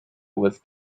with